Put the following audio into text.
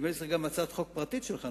נדמה לי שזאת גם הצעת חוק פרטית שלך,